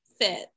fit